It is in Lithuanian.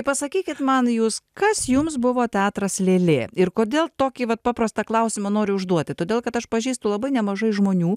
pasakykit man jūs kas jums buvo teatras lėlė ir kodėl tokį vat paprastą klausimą noriu užduoti todėl kad aš pažįstu labai nemažai žmonių